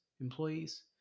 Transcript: employees